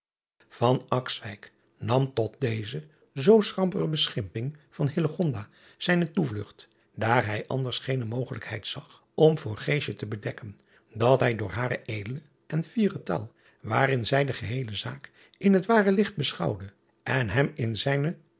nam tot deze zoo schampere beschimping van zijne toevlugt daar hij anders geene mogelijkheid zag om voor te bedekken dat hij door hare edele en fiere taal waarin zij de geheele zaak in het ware licht beschouwde en hem in zijne